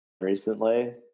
recently